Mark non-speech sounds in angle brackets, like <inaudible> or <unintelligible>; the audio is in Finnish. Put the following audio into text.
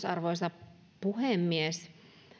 <unintelligible> arvoisa puhemies